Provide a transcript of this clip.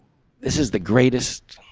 this is the greatest.